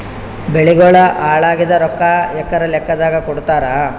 ಬೆಳಿಗೋಳ ಹಾಳಾಗಿದ ರೊಕ್ಕಾ ಎಕರ ಲೆಕ್ಕಾದಾಗ ಕೊಡುತ್ತಾರ?